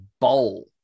bowl